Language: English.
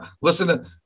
listen